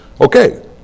Okay